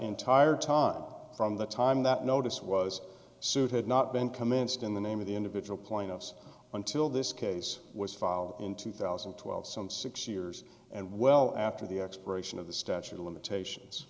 entire time from the time that notice was sued had not been commenced in the name of the individual plaintiffs until this case was filed in two thousand and twelve some six years and well after the expiration of the statute of limitations